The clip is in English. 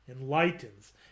enlightens